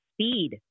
speed